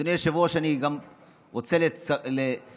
אדוני היושב-ראש, אני גם רוצה להצטרף,